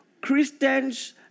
Christians